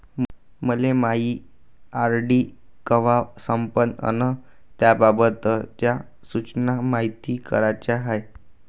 मले मायी आर.डी कवा संपन अन त्याबाबतच्या सूचना मायती कराच्या हाय